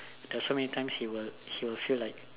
there is so many times he will feel like